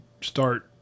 start